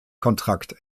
kontrakt